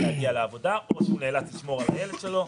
להגיע לעבודה או שהוא נאלץ לשמור על הילד שלו,